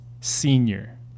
senior